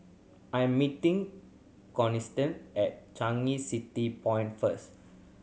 I am meeting Constantine at Changi City Point first